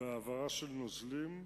בהעברה של נוזלים,